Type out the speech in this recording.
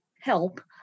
help